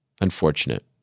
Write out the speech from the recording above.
Unfortunate